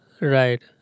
right